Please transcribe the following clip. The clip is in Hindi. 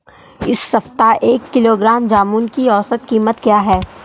इस सप्ताह एक किलोग्राम जामुन की औसत कीमत क्या है?